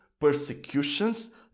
persecutions